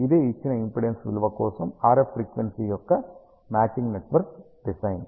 ఇదే ఇచ్చిన impedance విలువ కోసం RF ఫ్రీక్వెన్సీ యొక్క మ్యాచింగ్ నెట్వర్క్ డిజైన్